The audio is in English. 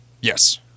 Yes